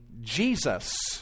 Jesus